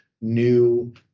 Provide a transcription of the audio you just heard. new